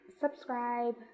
subscribe